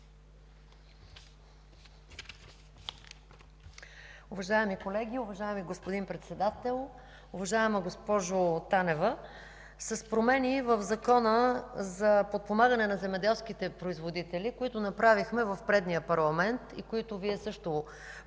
Уважаеми колеги, уважаеми господин Председател! Уважаема госпожо Танева, с промени в Закона за подпомагане на земеделските производители, които направихме в предния парламент и които Вие също